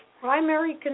primary